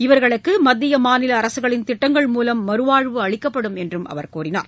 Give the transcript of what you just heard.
இவர்களுக்கு மத்திய மாநில அரசுகளின் திட்டங்கள் மூலம் மறுவாழ்வு அளிக்கப்படும் என்றும் அவர் கூறினார்